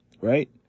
right